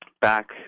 back